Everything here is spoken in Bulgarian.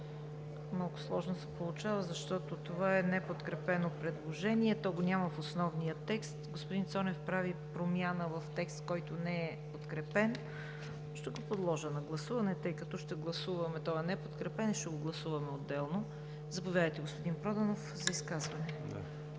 Много сложно се получава, защото това е неподкрепено предложение, което го няма в основния текст. Господин Цонев прави промяна в текст, който не е подкрепен. Ще го подложа на гласуване. Той е неподкрепен и ще го гласуваме отделно. Заповядайте, господин Проданов, за изказване.